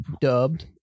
dubbed